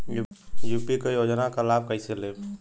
UP क योजना क लाभ कइसे लेब?